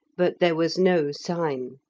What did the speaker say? but there was no sign.